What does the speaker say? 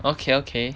okay okay